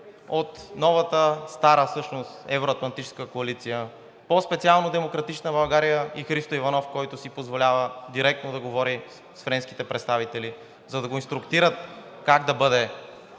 от новата, стара всъщност евро-атлантическа коалиция, по-специално „Демократична България“ и Христо Иванов, който си позволява директно да говори с френските представители, за да го инструктират как да бъде